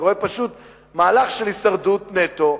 אני רואה פשוט מהלך של הישרדות נטו.